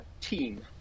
team